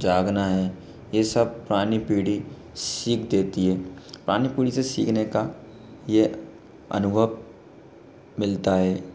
जागना है ये सब पूरानी पीढ़ी सीख देती है पुरानी पीढ़ी से सीखने का ये अनुभव मिलता है